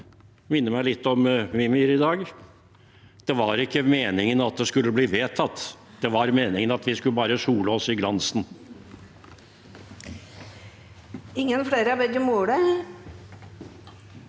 og minner meg litt om Mímir i dag: Det var ikke meningen at det skulle bli vedtatt. Det var meningen at vi bare skulle sole oss i glansen.